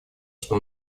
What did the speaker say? что